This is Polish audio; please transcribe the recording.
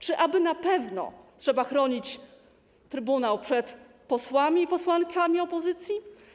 Czy na pewno trzeba chronić trybunał przed posłami i posłankami opozycji?